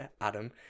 Adam